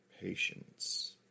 patience